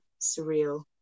surreal